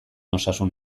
osasun